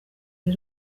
ari